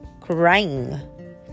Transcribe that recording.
crying